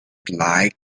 liked